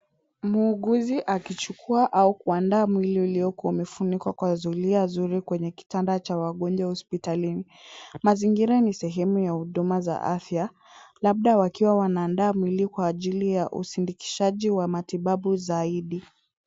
Muuguzi akichukua au kuandaa mwili ulioko umefunikwa kwa zulia zuri kwenye kitanda cha wagonjwa hospitalini. Mazingira ni sehemu ya huduma za afya, labda wakiwa wanaandaa mwili kwa ajili ya usindikishaji wa matibabu zaidi.